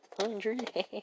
hundred